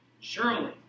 Surely